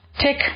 tick